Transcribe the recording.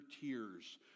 tears